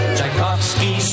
Tchaikovsky